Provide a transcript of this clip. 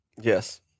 Yes